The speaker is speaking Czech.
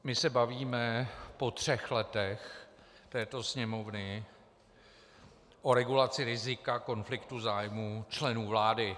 My se bavíme po třech letech této Sněmovny o regulaci rizika konfliktu zájmů členů vlády.